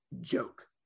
joke